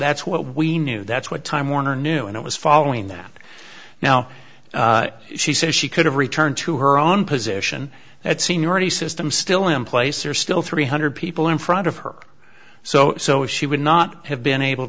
that's what we knew that's what time warner knew and it was following that now she says she could have returned to her own position that seniority system still in place are still three hundred people in front of her so so she would not have been able